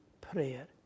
prayer